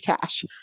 cash